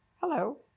hello